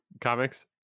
comics